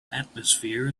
atmosphere